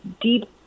deep